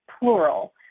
plural